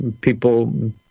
People